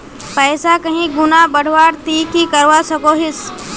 पैसा कहीं गुणा बढ़वार ती की करवा सकोहिस?